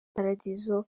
paradizo